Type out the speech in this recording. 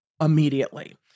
immediately